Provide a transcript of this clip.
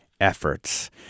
efforts